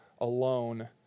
alone